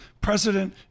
president